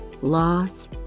loss